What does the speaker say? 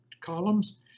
columns